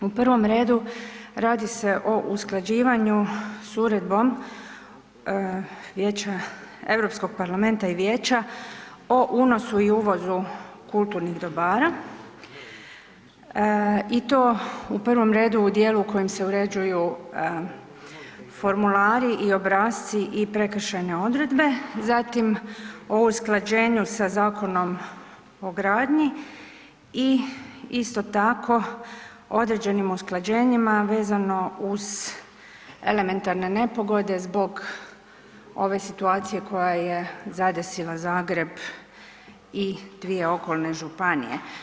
U prvom redu radi se o usklađivanju s uredbom vijeća, Europskog parlamenta i vijeća o unosu i uvozu kulturnih dobara i to u prvom redu u dijelu kojim se uređuju formulari i obrasci i prekršajne odredbe, zatim o usklađenju sa Zakonom o gradnji i isto tako o određenim usklađenjima vezano uz elementarne nepogode zbog ove situacije koja je zadesila Zagreb i dvije okolne županije.